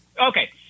Okay